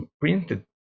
printed